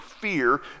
fear